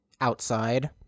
outside